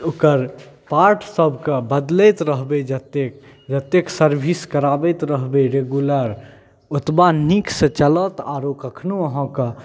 ओकर पार्ट सभकेँ बदलैत रहबै जतेक जतेक सर्विस करबैत रहबै रेगुलर ओतबा नीकसँ चलत आरो कखनहु अहाँकेँ